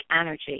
energy